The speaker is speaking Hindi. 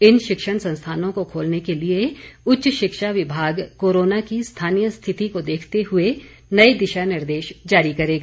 इन शिक्षण संस्थानों को खोलने के लिए उच्च शिक्षा विभाग कोरोना की स्थानीय रिथिति को देखते हुए नए दिशा निर्देश जारी करेगा